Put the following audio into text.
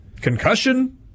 Concussion